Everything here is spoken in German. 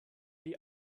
die